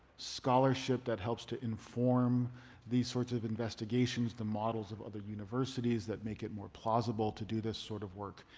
scholarship that helps to inform these sorts of investigations, the models of other universities that make it more plausible to do this sort of work.